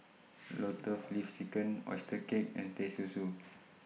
Lotus Leaf Chicken Oyster Cake and Teh Susu